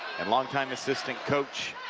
and long time assistant coach